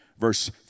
verse